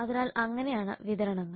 അതിനാൽ അങ്ങനെയാണ് വിതരണങ്ങൾ